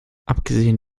abgesehen